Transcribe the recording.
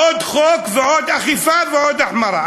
עוד חוק, ועוד אכיפה, ועוד החמרה.